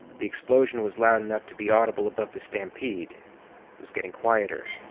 the explosion was loud enough to be audible above the stampede it was getting quieter,